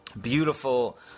beautiful